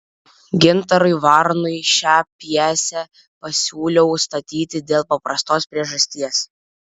gintarui varnui šią pjesę pasiūliau statyti dėl paprastos priežasties